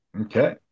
Okay